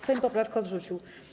Sejm poprawkę odrzucił.